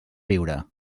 viure